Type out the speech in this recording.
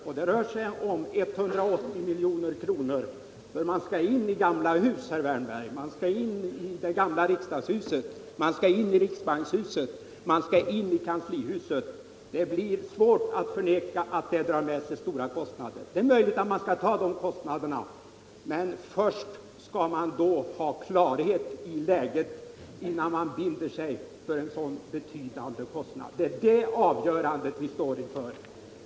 Och det rör sig om 180 milj.kr., för man skall in i gamla hus, herr Wärnberg, man skall in i gamla riksdagshuset, man skall in i riksbankshuset och man skall in i kanslihuset. Det blir svårt att förneka att det drar med sig stora kostnader. Det är möjligt att man skall ta de kostnaderna, men först skall man ha klarhet i läget, innan man binder sig för en så betydande kostnad. Det är det avgörandet vi står inför.